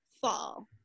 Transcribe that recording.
fall